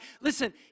Listen